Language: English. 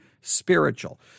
spiritual